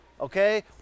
Okay